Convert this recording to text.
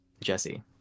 Jesse